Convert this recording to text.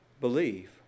believe